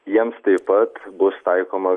jiems taip pat bus taikoma